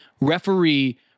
referee